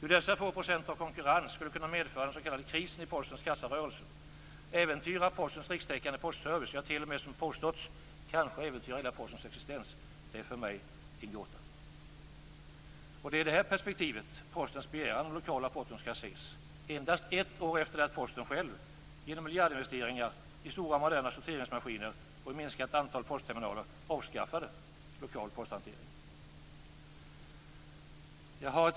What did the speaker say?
Hur dessa få procent i konkurrens skulle kunna medföra den s.k. krisen i Postens kassarörelse, äventyra Postens rikstäckande postservice och t.o.m. som påståtts kanske äventyra hela Postens existens är för mig en gåta. Det är i detta perspektiv som Postens begäran om lokala porton skall ses, endast ett år efter det att Posten själv, genom miljardinvesteringar i stora moderna sorteringsmaskiner och i minskat antal portterminaler, avskaffade lokal posthantering. Herr talman!